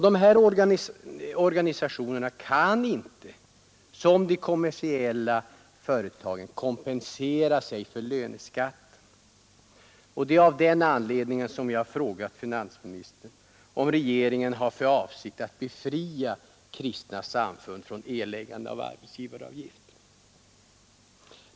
Dessa organisationer kan inte liksom de kommersiella företagen kompensera sig för löneskatt, och det är av den anledningen som jag har frågat finansministern, om regeringen har för avsikt att befria kristna samfund från erläggande av arbetsgivaravgift.